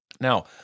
Now